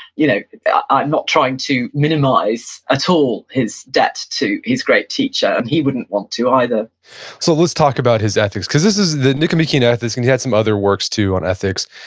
you know i'm not trying to minimize ah at all his debt to his great teacher, and he wouldn't want to either so let's talk about his ethics, because this is, the nicomachean ethics, and he had some other works too on ethics.